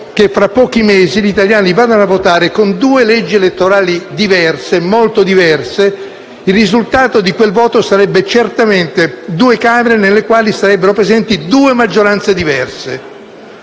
che tra pochi mesi gli italiani vadano a votare con due leggi elettorali molto diverse; il risultato di quel voto sarebbe certamente due Camere nelle quali sarebbero presenti due maggioranze diverse.